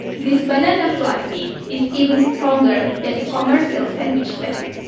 this banana plastic is even stronger than a commercial sandwich bag.